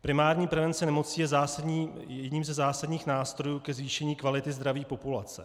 Primární prevence nemocí je jedním ze zásadních nástrojů ke zvýšení kvality zdraví populace.